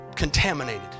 Contaminated